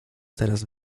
teraz